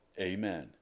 Amen